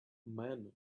man